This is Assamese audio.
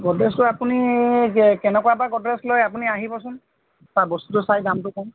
গডৰেজটো আপুনি কেনেকুৱা বা গডৰেজ লয় আপুনি আহিবচোন বস্তুটো চাই দামটো কম